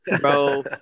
bro